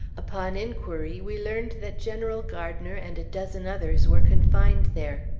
upon inquiry we learned that general gardiner and a dozen others were confined there.